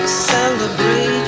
Celebrate